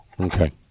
Okay